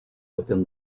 within